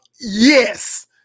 Yes